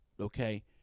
Okay